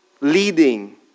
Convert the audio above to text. leading